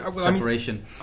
separation